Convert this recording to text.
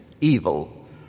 evil